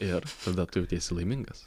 ir tada tu jautiesi laimingas